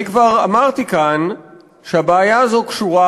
אני כבר אמרתי כאן שהבעיה הזאת קשורה,